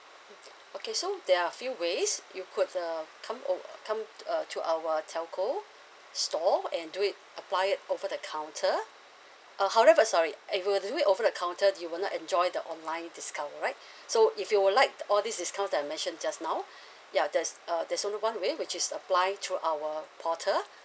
mm okay so there are a few ways you could uh come ov~ uh come uh to our telco store and do it apply it over the counter uh however sorry if you do it over the counter you would not enjoy the online discount alright so if you would like all these discounts that I mentioned just now ya there's uh there's only one way which is apply through our portal